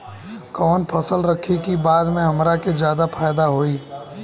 कवन फसल रखी कि बाद में हमरा के ज्यादा फायदा होयी?